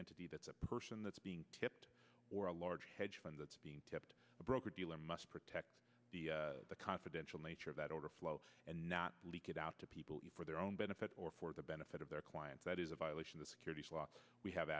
entity that's a person that's being taped or a large hedge fund that's being kept a broker dealer must protect the confidential nature of that order flow and not leak it out to people for their own benefit or for the benefit of their clients that is a violation of securities law we have